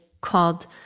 called